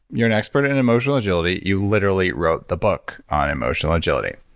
you're an expert in emotional agility. you literally wrote the book on emotional agility.